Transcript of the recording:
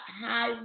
high